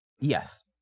yes